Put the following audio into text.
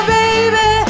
baby